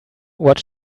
what